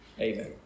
Amen